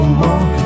more